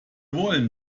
wollen